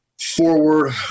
forward